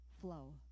flow